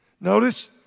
Notice